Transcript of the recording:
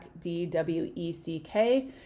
D-W-E-C-K